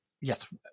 Yes